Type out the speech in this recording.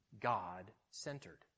God-centered